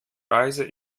reise